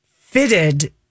fitted